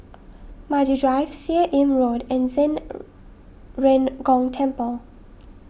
Maju Drive Seah Im Road and Zhen Ren Gong Temple